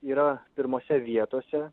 yra pirmose vietose